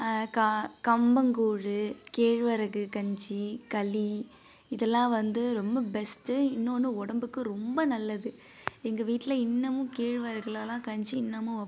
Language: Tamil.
க கம்பங்கூழ் கேழ்வரகு கஞ்சி களி இதெலாம் வந்து ரொம்ப பெஸ்ட் இன்னொன்று உடம்புக்கும் ரொம்ப நல்லது எங்கள் வீட்டில் இன்னமும் கேழ்வரகுலெலாம் கஞ்சி இன்னமும் வைப்பாங்க